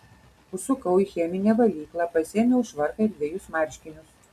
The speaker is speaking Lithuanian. užsukau į cheminę valyklą pasiėmiau švarką ir dvejus marškinius